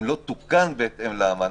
אם לא תוקם בהתאם לאמנה,